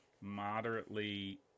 moderately